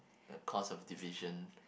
the cause of division